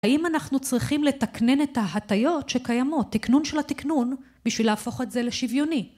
האם אנחנו צריכים לתקנן את ההטיות שקיימות, תקנון של התקנון בשביל להפוך את זה לשוויוני?